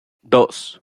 dos